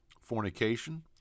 fornication